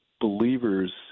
believers